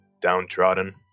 downtrodden